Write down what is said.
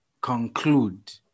conclude